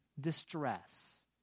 distress